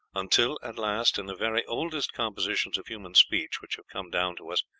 until at last, in the very oldest compositions of human speech which have come down to us,